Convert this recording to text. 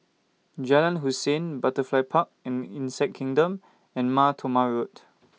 Jalan Hussein Butterfly Park and Insect Kingdom and Mar Thoma Road